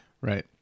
Right